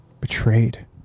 Betrayed